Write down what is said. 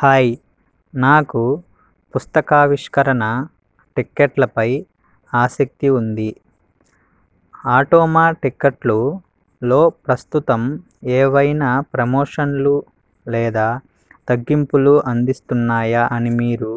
hi నాకు పుస్తకావిష్కరణ టిక్కెట్లపై ఆసక్తి ఉంది ఆటోమ టిక్కెట్లు లో ప్రస్తుతం ఏవైనా ప్రమోషన్లు లేదా తగ్గింపులు అందిస్తున్నాయా అని మీరు